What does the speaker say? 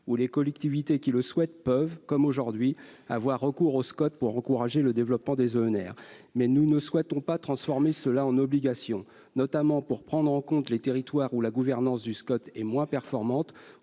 les collectivités qui le souhaitent peuvent, comme aujourd'hui, avoir recours aux Scot pour encourager le développement des EnR. Nous ne voulons pas transformer cette possibilité en obligation, notamment pour prendre en compte les territoires dans lesquels la gouvernance du Scot est moins performante